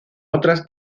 otras